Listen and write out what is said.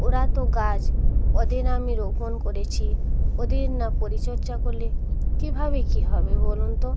ওরা তো গাছ অদের আমি রোপণ করেছি ওদের না পরিচর্চা করলে কীভাবে কী হবে বলুন তো